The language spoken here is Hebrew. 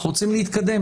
אנחנו רוצים להתקדם.